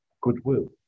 goodwill